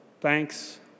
thanks